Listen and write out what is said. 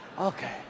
okay